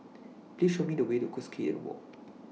Please Show Me The Way to Cuscaden Walk